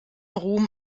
ruhm